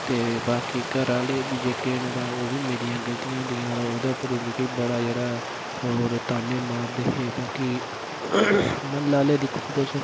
ते बाकी घरै आह्ले बी जेह्के न तां ओह् बी मेरियां गलतियां होंदियां हियां तां ओह्दे उप्पर मिगी बड़ा जेह्ड़ा होर ताने मारदे ते बाकी म्हल्ले आह्ले दिक्खो तुस